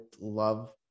love